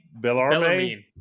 Bellarmine